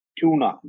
Tuna